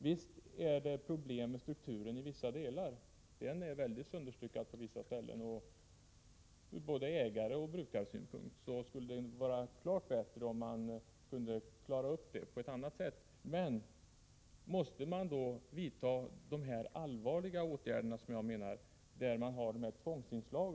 Visst finns det problem med strukturen i vissa delar av landet. Den är — Om regeringens viväldigt sönderstyckad på vissa ställen. Ur både ägaroch brukarsynpunkt — dare behandling av skulle det vara bättre om man kunde klara upp detta på ett annat sätt. Frågan utredningsbetänär emellertid om man måste vidta vad jag menar är allvarliga åtgärder med = kandet ” Bättre den här formen av tvångsinslag.